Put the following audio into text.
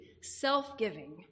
self-giving